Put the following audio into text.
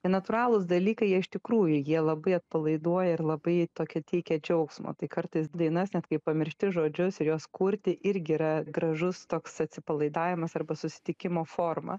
tai natūralūs dalykai jie iš tikrųjų jie labai atpalaiduoja ir labai tokia teikia džiaugsmo tai kartais dainas net kai pamiršti žodžius ir juos kurti irgi yra gražus toks atsipalaidavimas arba susitikimo forma